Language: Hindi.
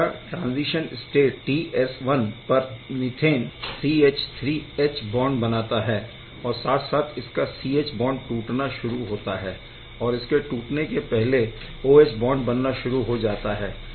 इसका ट्राज़ीशन स्टेट पर मीथेन बॉन्ड बनता है और साथ साथ इसका C H बॉन्ड टूटना शुरू होता है और इसके टूटने के पहले OH बॉन्ड बनना शुरू हो जाता है